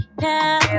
now